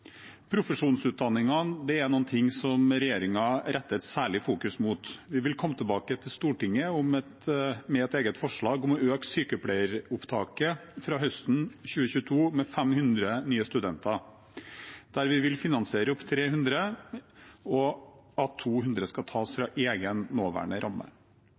Profesjonsutdanningene er noe som regjeringen fokuserer særlig på. Vi vil komme tilbake til Stortinget med et eget forslag om å øke sykepleieropptaket fra høsten 2022 med 500 nye studenter, der vi vil finansiere opp 300, og der 200 skal tas fra egen, nåværende ramme.